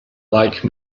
like